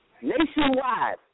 nationwide